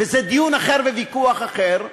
וזה דיון אחר וויכוח אחר,